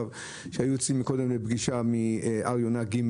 קודם יצאנו מפגישה מהר יונה ג',